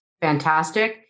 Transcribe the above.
fantastic